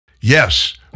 Yes